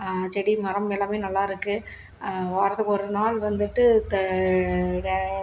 செடி மரம் எல்லாமே நல்லாயிருக்கு வாரத்துக்கு ஒரு நாள் வந்துட்டு த